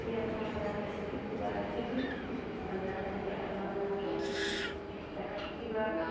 কি আনিব লগা আছে নেকি কিবা কি কি বজাৰ তেনেকৈ আনিব লগা আছে এখন কিবা